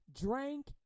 drank